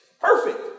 Perfect